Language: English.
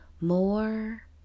more